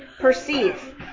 Perceive